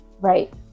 Right